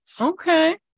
okay